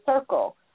circle